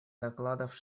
докладов